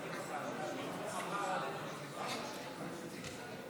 הודעה למזכיר הכנסת.